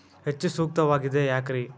ಹೆಚ್ಚು ಸೂಕ್ತವಾಗಿದೆ ಯಾಕ್ರಿ?